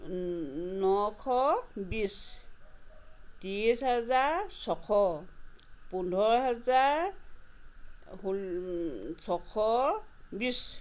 নশ বিছ ত্ৰিছ হেজাৰ ছশ পোন্ধৰ হেজাৰ ছশ বিছ